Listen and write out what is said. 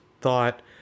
thought